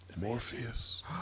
Morpheus